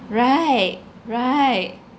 right right